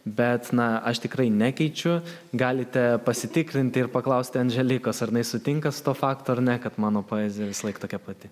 bet na aš tikrai nekeičiu galite pasitikrinti ir paklausti andželikos ar jinai sutinka su to faktu ar kad mano poezija visąlaik tokia pati